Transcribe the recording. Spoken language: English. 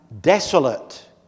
desolate